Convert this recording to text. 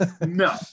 no